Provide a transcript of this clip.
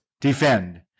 defend